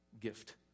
gift